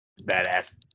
Badass